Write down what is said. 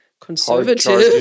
conservative